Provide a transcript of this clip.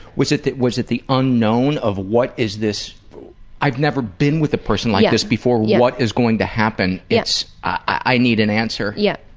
was it was it the unknown of what is this i've never been with a person like this before, what is going to happen? i need an answer. yeah.